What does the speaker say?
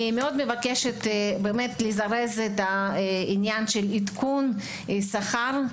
אני מאוד מבקשת לזרז את העניין של עדכון שכר,